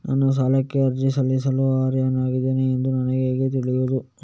ನಾನು ಸಾಲಕ್ಕೆ ಅರ್ಜಿ ಸಲ್ಲಿಸಲು ಅರ್ಹನಾಗಿದ್ದೇನೆ ಎಂದು ನನಗೆ ಹೇಗೆ ತಿಳಿಯುದು?